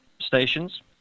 stations